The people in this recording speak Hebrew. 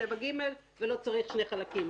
ל-57ג ולא צריך שני חלקים.